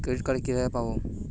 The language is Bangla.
ক্রেডিট কার্ড কিভাবে পাব?